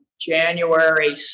January